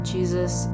Jesus